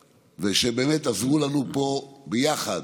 ובאמת הם עזרו לנו פה ביחד,